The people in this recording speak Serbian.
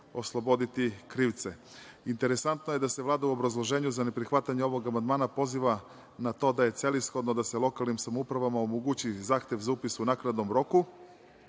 osloboditi krivce. Interesantno je da se Vlada u obrazloženju za neprihvatanje ovog amandmana poziva na to da je celishodno da se lokalnim samoupravama omogući zahtev za upis u naknadnom roku.